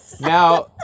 Now